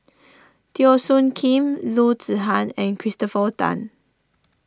Teo Soon Kim Loo Zihan and Christopher Tan